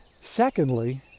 secondly